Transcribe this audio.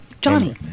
Johnny